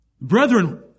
Brethren